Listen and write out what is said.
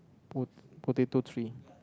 po~ potato tree